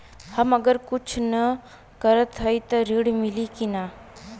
हम अगर कुछ न करत हई त ऋण मिली कि ना?